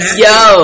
yo